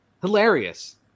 hilarious